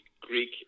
Greek